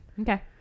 okay